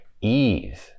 ease